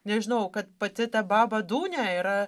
nežinau kad pati ta baba dunija yra